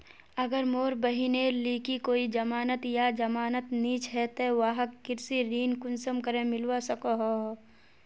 अगर मोर बहिनेर लिकी कोई जमानत या जमानत नि छे ते वाहक कृषि ऋण कुंसम करे मिलवा सको हो?